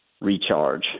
recharge